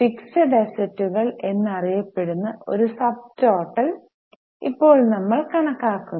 fixed അസറ്റുകൾ എന്നറിയപ്പെടുന്ന ഒരു സബ്ടോട്ടൽ ഇപ്പോൾ നമ്മൾ കണക്കാക്കുന്നു